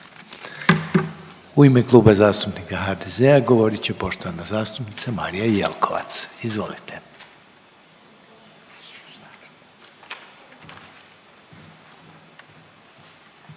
U ime Kluba zastupnika HDZ-a govorit će poštovana zastupnica Marija Jelkovac, izvolite.